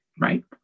right